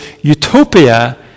utopia